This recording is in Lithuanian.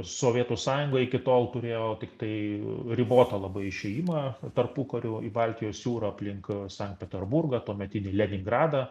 sovietų sąjunga iki tol turėjo tiktai ribotą labai išėjimą tarpukariu į baltijos jūrą aplink sankt peterburgą tuometinį leningradą